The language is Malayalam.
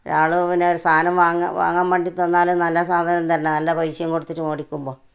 ഒരാൾ പിന്നൊരു സാധനം വാങ്ങ് വാങ്ങാൻ വേണ്ടി തന്നാൽ നല്ല സാധനം തരേണ്ടേ നല്ല പൈസയും കൊടുത്തിട്ട് മേടിക്കുമ്പോൾ